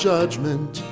Judgment